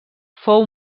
fou